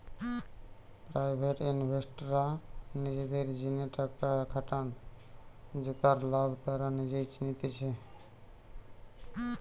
private ইনভেস্টররা নিজেদের জিনে টাকা খাটান জেতার লাভ তারা নিজেই নিতেছে